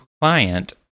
client